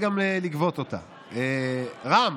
רם,